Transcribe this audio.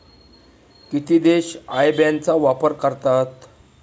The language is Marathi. किती देश आय बॅन चा वापर करतात?